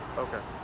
ok.